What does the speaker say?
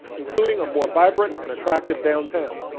including a more vibrant and attractive downtown.